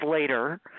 later